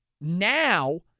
now